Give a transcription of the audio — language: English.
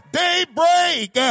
daybreak